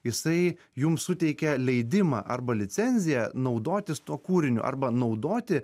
jisai jums suteikia leidimą arba licenziją naudotis tuo kūriniu arba naudoti